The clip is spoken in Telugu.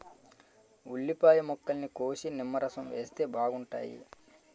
ఉల్లిపాయ ముక్కల్ని కోసి నిమ్మరసం వేస్తే బాగుంటాయి